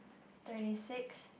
twenty six